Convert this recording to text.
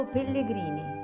Pellegrini